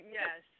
yes